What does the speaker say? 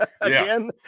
again